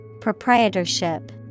Proprietorship